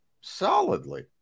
solidly